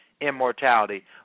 immortality